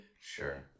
Sure